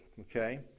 okay